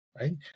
right